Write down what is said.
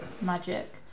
magic